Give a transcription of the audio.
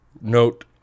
note